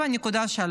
7.3